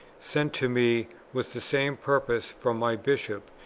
sent to me with the same purpose, from my bishop,